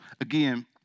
again